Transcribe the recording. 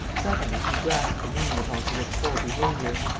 suddenly, he grasped the meaning of angelique's whole behaviour.